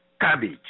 cabbage